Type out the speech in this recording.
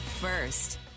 first